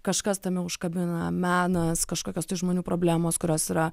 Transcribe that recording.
kažkas tame užkabina menas kažkokios tų žmonių problemos kurios yra